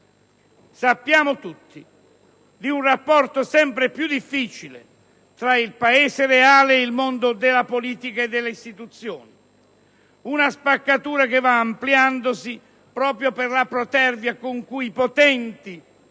Sappiamo tutti del rapporto sempre più difficile tra il Paese reale e il mondo della politica e delle istituzioni, una spaccatura che va ampliandosi proprio per la protervia con cui i potenti,